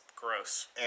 Gross